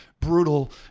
brutal